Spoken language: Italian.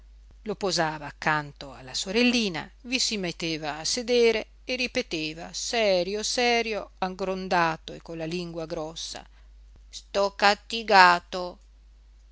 lo posava accanto alla sorellina vi si metteva a sedere e ripeteva serio serio aggrondato e con la lingua grossa so cattigato